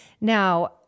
Now